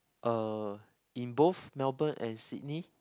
(uh)in both Melbourne and Sydney